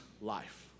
life